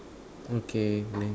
okay